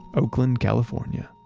oakland, california